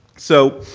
so